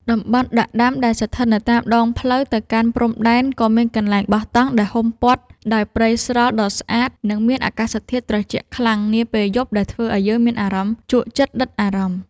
តំបន់ដាក់ដាំដែលស្ថិតនៅតាមដងផ្លូវទៅកាន់ព្រំដែនក៏មានកន្លែងបោះតង់ដែលហ៊ុមព័ទ្ធដោយព្រៃស្រល់ដ៏ស្អាត និង មានអាកាសធាតុត្រជាក់ខ្លាំងនាពេលយប់ដែលធ្វើឱ្យយើងមានអារម្មណ៍ជក់ចិត្តដិតអារម្មណ៍។